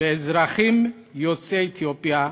באזרחים יוצאי אתיופיה,